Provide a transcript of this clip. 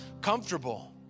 comfortable